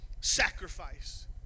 sacrifice